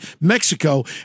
Mexico